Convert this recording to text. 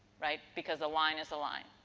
right? because a line is a line.